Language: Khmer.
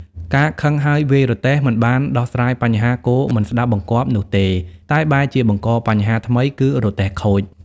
ការខឹងហើយវាយរទេះ មិនបានដោះស្រាយបញ្ហាគោមិនស្ដាប់បង្គាប់នោះទេ តែបែរជាបង្កបញ្ហាថ្មី គឺរទេះខូច។